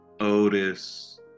Otis